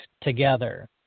together